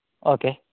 okay